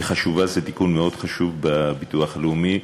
היא חשובה, זה תיקון מאוד חשוב בביטוח הלאומי.